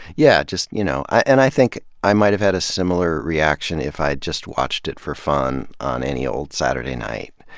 yeah you know and i think i might have had a similar reaction, if i'd just watched it for fun on any old saturday night.